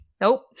Nope